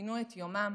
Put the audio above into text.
פינו את יומם,